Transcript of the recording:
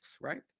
right